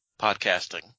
podcasting